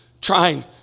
trying